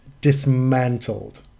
dismantled